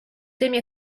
temi